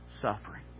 suffering